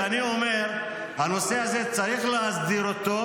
ואני אומר שצריך להסדיר את הנושא הזה,